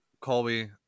Colby